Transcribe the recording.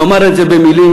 נאמר את זה במילים,